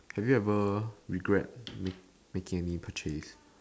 have you ever regret make making any purchase